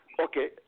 okay